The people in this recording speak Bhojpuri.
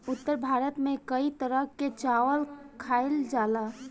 उत्तर भारत में कई तरह के चावल खाईल जाला